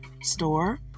store